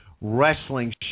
wrestling